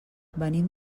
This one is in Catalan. venim